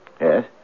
Yes